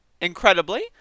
incredibly